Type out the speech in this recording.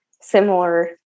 similar